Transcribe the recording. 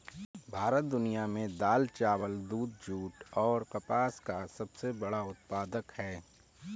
भारत दुनिया में दाल, चावल, दूध, जूट और कपास का सबसे बड़ा उत्पादक है